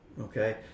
okay